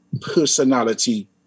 personality